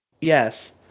yes